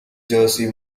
jersey